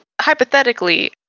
hypothetically